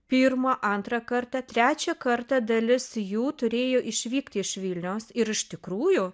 pirmą antrą kartą trečią kartą dalis jų turėjo išvykti iš vilniaus ir iš tikrųjų